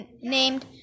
named